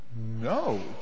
no